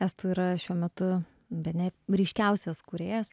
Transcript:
estų yra šiuo metu bene ryškiausias kūrėjas